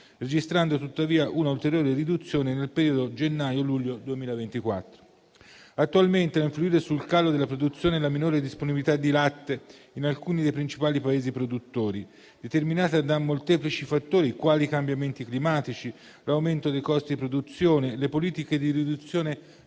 registrando tuttavia un'ulteriore riduzione nel periodo gennaio-luglio 2024. Attualmente, a influire sul calo della produzione è la minore disponibilità di latte in alcuni dei principali Paesi produttori, determinata da molteplici fattori quali i cambiamenti climatici, l'aumento dei costi di produzione, le politiche di riduzione delle